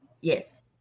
Yes